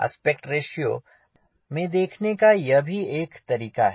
aspect ratio में देखने का यह भी एक तरीका है